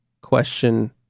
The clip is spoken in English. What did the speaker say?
question